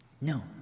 No